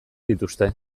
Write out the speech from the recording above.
dituzte